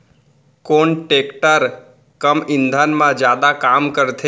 कोन टेकटर कम ईंधन मा जादा काम करथे?